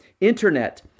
internet